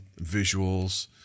visuals